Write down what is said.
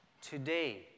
today